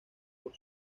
por